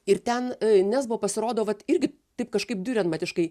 ir ten nesbo pasirodo vat irgi taip kažkaip durenmatiškai